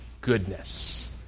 goodness